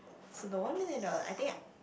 so the one million dollar I think